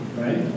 right